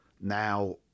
Now